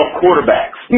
quarterbacks